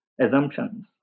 assumptions